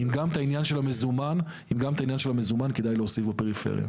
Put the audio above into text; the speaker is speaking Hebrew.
אם גם את העניין של המזומן כדאי להוסיף בפריפריה.